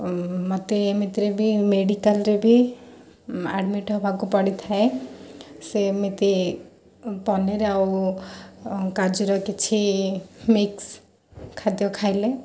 ମୋତେ ଏମିତିରେ ବି ମେଡ଼ିକାଲ୍ରେ ବି ଆଡ଼ମିଟ୍ ହେବାକୁ ପଡ଼ିଥାଏ ସେମିତି ପନିର୍ ଆଉ କାଜୁର କିଛି ମିକ୍ସ୍ ଖାଦ୍ୟ ଖାଇଲେ